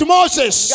Moses